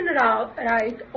right